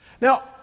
Now